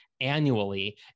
Annually